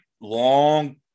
long